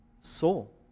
soul